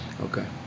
okay